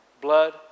Blood